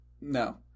no